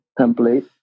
template